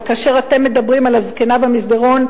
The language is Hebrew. וכאשר אתם מדברים על הזקנה במסדרון,